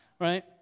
right